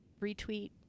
retweet